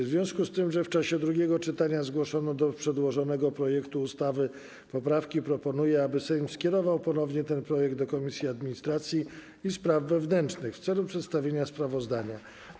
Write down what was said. W związku z tym, że w czasie drugiego czytania zgłoszono do przedłożonego projektu ustawy poprawki, proponuję, aby Sejm skierował ponownie ten projekt do Komisji Administracji i Spraw Wewnętrznych w celu przedstawienia sprawozdania.